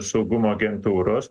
saugumo agentūros